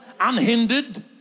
unhindered